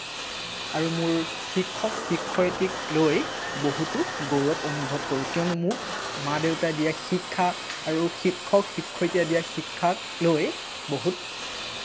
আৰু মোৰ শিক্ষক শিক্ষয়িত্ৰীক লৈ বহুতো গৌৰৱ অনুভৱ কৰোঁ কিয়নো মোক মা দেউতাই দিয়া শিক্ষা আৰু শিক্ষক শিক্ষয়িত্ৰীয়ে দিয়া শিক্ষাক লৈ বহুত